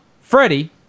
Freddie